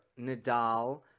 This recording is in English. Nadal